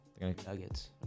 Nuggets